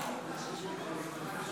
(קוראת בשם חבר הכנסת)